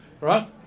Right